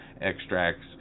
extracts